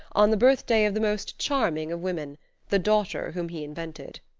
on the birthday of the most charming of women the daughter whom he invented.